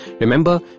Remember